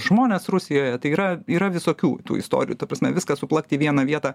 žmones rusijoje tai yra yra visokių tų istorijų ta prasme viską suplakt į vieną vietą